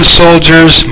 soldiers